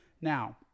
Now